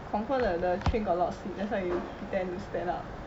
confirm the the train got a lot of seats that's why you dare to stand up